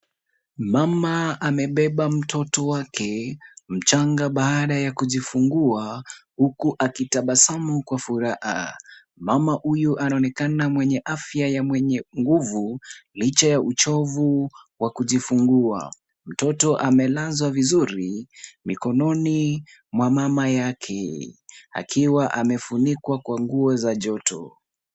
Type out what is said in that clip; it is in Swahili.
Mama amebeba mtoto wake mchanga baada ya kujifungua huku akitabasamu kwa furaha. Mama huyu anaonekana mwenye afya ya mwenye nguvu licha ya uchovu wa kujifungua. Mtoto amelazwa vizuri mikononi mwa mama yake akiwa amefunikwa kwa nguo za joto.